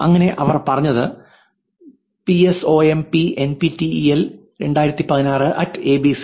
അങ്ങനെ അവർ പറഞ്ഞത് പിഎസ്ഓഎസ്എംഎൻപിടിഇഎൽ എബിസി